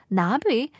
na'bi